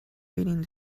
reading